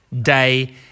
day